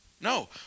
No